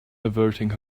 averting